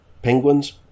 penguins